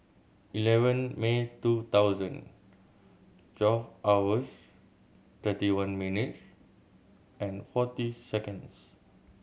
eleven May two thousand twelve hours thirty one minutes and forty seconds